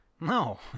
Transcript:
No